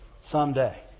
someday